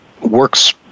works